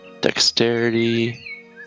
Dexterity